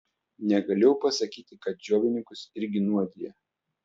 negalėjau pasakyti kad džiovininkus irgi nuodija